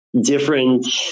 different